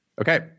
Okay